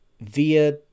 via